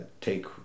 take